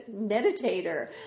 meditator